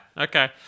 Okay